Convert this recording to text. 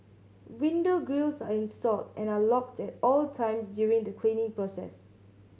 window grilles are installed and are locked at all times during the cleaning process